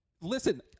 Listen